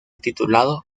titulado